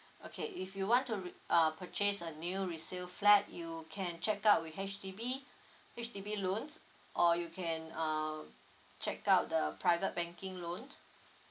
okay if you want to re~ uh purchase a new resale flat you can check out with H_D_B H_D_B loans or you can uh check out the private banking loan